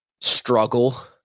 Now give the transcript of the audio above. struggle